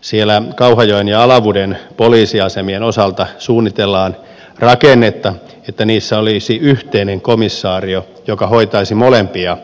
siellä kauhajoen ja alavuden poliisiasemien osalta suunnitellaan rakennetta ja niissä olisi yhteinen komisario joka hoitaisi molempia